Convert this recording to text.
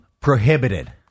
prohibited